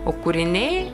o kūriniai